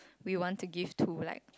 we want to give to like